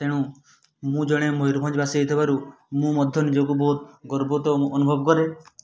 ତେଣୁ ମୁଁ ଜଣେ ମୟୂରଭଞ୍ଜବାସୀ ହେଇଥିବାରୁ ମୁଁ ମଧ୍ୟ ନିଜକୁ ବହୁତ ଗର୍ବିତ ଅନୁଭବ କରେ